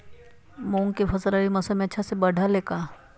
मूंग के फसल रबी मौसम में अच्छा से बढ़ ले का?